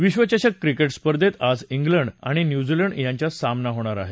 विश्वचषक क्रिकेट स्पर्धेत आज उलंड आणि न्यूझीलंड यांच्यात सामना होणार आहे